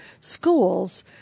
schools